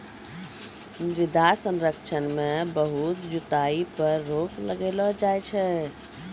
मृदा संरक्षण मे बहुत जुताई पर रोक लगैलो जाय छै